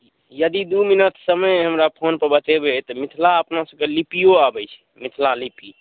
यदि दू मिनट समय हमरा फोन पर बतेबै तऽ मिथिला अपना सबकेँ लिपिओ आबैत छै मिथिला लिपि